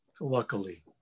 luckily